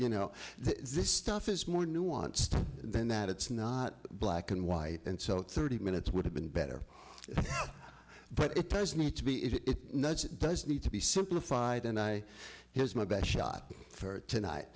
you know this stuff is more nuanced than that it's not black and white and so thirty minutes would have been better but it doesn't need to be it it does need to be simplified and i here's my best shot for tonight